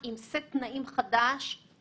יש לנו איתה עניינים משותפים וחשובים.